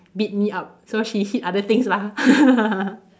beat me up so she hit other things lah